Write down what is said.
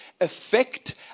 affect